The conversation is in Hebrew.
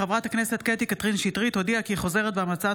חברת הכנסת קטי קטרין שטרית הודיעה כי היא חוזרת בה מהצעת